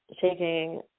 taking